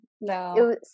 No